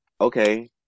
okay